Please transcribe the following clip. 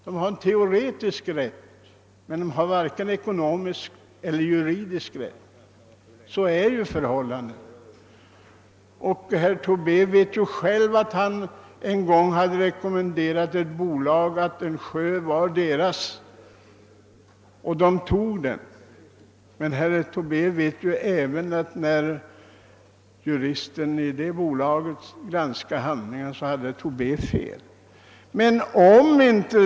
De har en teoretisk rätt men varken ekonomisk eller juridisk rätt. Herr Tobé sade en gång till ett bolag att en viss sjö var dess och bolaget lade beslag på den. Men när juristen i det bolaget granskade handlingarna visade det sig att herr Tobé hade haft fel.